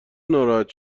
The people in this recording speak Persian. ناراحت